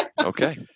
Okay